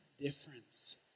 difference